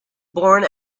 born